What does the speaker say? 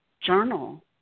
journal